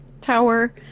tower